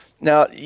Now